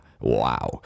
wow